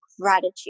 gratitude